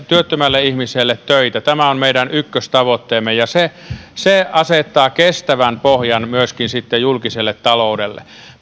työttömälle ihmiselle töitä tämä on meidän ykköstavoitteemme ja se se asettaa kestävän pohjan sitten julkiselle taloudelle